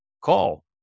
Call